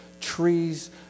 trees